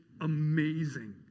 amazing